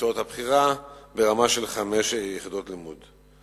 ובמקצועות הבחירה ברמה של חמש יחידות לימוד.